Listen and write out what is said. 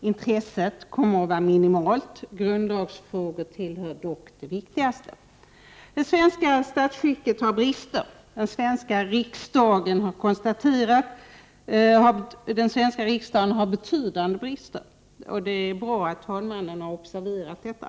Intresset kommer att vara minimalt. Grundlagsfrågor tillhör dock de viktigaste. Det svenska statsskicket har brister. Den svenska riksdagen har betydande brister. Det är bra att talmannen har observerat detta.